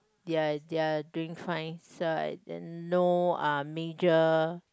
they're they're doing fine so I uh no uh major